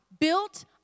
built